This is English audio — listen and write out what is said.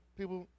people